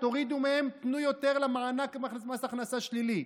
תורידו מהם, תנו יותר למענק מס הכנסה שלילי.